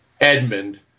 Edmund